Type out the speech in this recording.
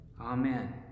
Amen